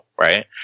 right